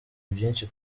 byinshi